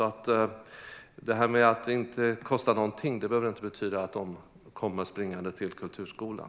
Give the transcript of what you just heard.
Att det inte kostar något behöver alltså inte betyda att de kommer springande till kulturskolan.